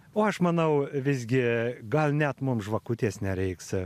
o aš manau visgi gal net mums žvakutės nereiks